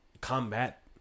combat